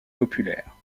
populaire